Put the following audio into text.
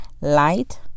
light